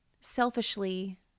selfishly